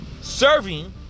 serving